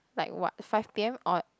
like what five p_m or